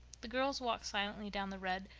the girls walked silently down the red,